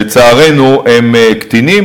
לצערנו, הם קטינים.